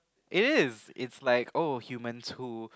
it is it's like oh humans who